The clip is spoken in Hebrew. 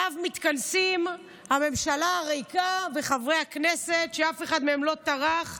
שבו מתכנסים הממשלה הריקה וחברי הכנסת שאף אחד מהם לא טרח להגיע,